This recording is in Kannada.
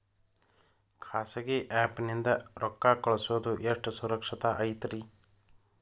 ಖಾಸಗಿ ಆ್ಯಪ್ ನಿಂದ ರೊಕ್ಕ ಕಳ್ಸೋದು ಎಷ್ಟ ಸುರಕ್ಷತಾ ಐತ್ರಿ?